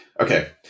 Okay